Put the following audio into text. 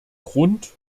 grund